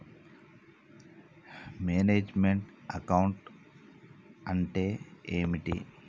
Manage meant account అంటే ఏమిటి?